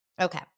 Okay